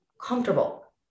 comfortable